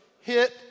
hit